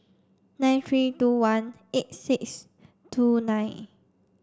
nine three two one eight six two nine